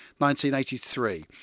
1983